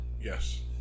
Yes